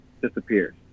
disappears